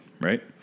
Right